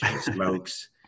smokes